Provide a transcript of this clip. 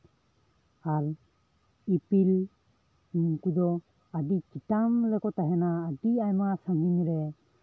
ᱟᱨ ᱤᱯᱤᱞ ᱱᱩᱠᱩ ᱫᱚ ᱟᱹᱰᱤ ᱪᱮᱛᱟᱱ ᱨᱮᱠᱚ ᱛᱟᱦᱮᱱᱟ ᱟᱹᱰᱤ ᱟᱭᱢᱟ ᱥᱟᱺᱜᱤᱧ ᱨᱮ